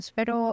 Pero